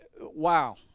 wow